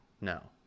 No